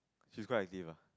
she's quite active ah